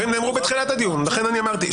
הדברים נאמרו בתחילת הדיון, לכן אני אמרתי.